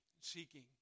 seeking